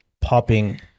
popping